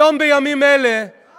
היום, בימים אלה,